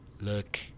Look